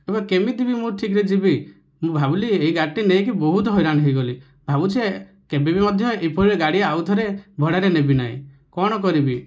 ଏବେ କେମିତିବି ମୁଁ ଠିକରେ ଯିବି ମୁଁ ଭାବିଲି ଏଇ ଗାଡ଼ିଟି ନେଇକି ବହୁତ ହଇରାଣ ହେଇଗଲି ଭାବୁଛେ କେବେବି ମଧ୍ୟ ଏପରି ଗାଡ଼ି ଆଉ ଥରେ ଭଡ଼ାରେ ନେବି ନାହିଁ କଣ କରିବି